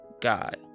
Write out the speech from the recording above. God